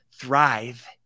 thrive